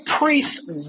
priest's